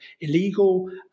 illegal